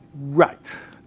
Right